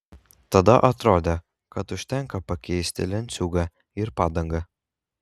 tada atrodė kad užtenka pakeisti lenciūgą ir padangą